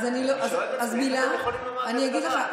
אז אני שואל את עצמי איך אתם יכולים לומר כזה דבר,